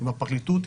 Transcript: עם הפרקליטות,